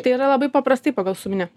tai yra labai paprastai pagal suminę